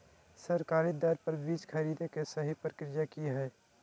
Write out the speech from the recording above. सरकारी दर पर बीज खरीदें के सही प्रक्रिया की हय?